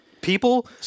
People